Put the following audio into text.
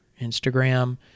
Instagram